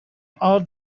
all